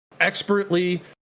expertly